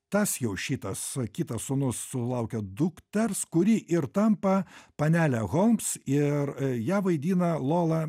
tas jau šitas kitas sūnus sulaukia dukters kuri ir tampa panele holms ir a ją vaidina lola